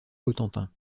cotentin